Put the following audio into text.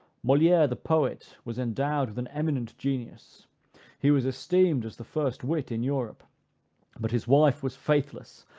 moliere the poet was endowed with an eminent genius he was esteemed as the first wit in europe but his wife was faithless,